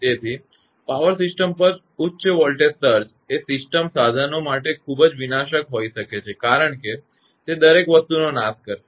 તેથી power system પર ઉચ્ચ વોલ્ટેજ સર્જ એ સિસ્ટમ સાધનો માટે ખૂબ જ વિનાશક હોઈ શકે છે કારણ કે તે દરેક વસ્તુનો નાશ કરશે